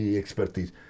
expertise